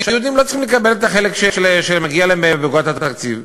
שהיהודים לא צריכים לקבל את החלק שמגיע להם בעוגת התקציב.